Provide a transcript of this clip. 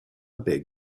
big